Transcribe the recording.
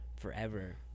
forever